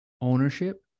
ownership